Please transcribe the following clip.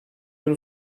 günü